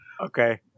Okay